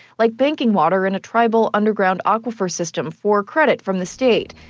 like banking water in a tribal underground aquifer system for credit from the state.